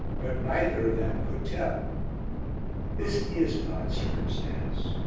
but neither of them could tell this is an odd circumstance.